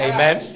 Amen